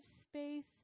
space